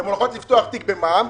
הן הולכות לפתוח תיק במע"מ,